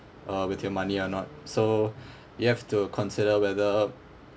uh with your money or not so you have to consider whether